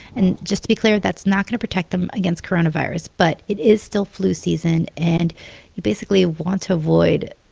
and just to be clear, that's not going to protect them against coronavirus. but it is still flu season, and you basically want to avoid,